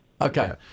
okay